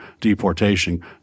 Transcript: deportation